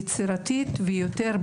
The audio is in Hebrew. יצירתית יותר,